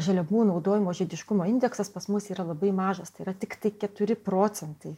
žaliavų naudojimo žiediškumo indeksas pas mus yra labai mažas tai yra tiktai keturi procentai